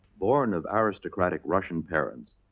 born of aristocratic russian parents,